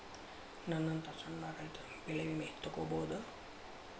ನನ್ನಂತಾ ಸಣ್ಣ ರೈತ ಬೆಳಿ ವಿಮೆ ತೊಗೊಬೋದ?